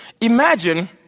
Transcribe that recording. Imagine